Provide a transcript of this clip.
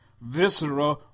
Viscera